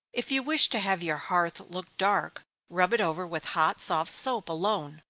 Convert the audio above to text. if you wish to have your hearth look dark, rub it over with hot soft soap, alone,